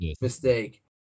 mistake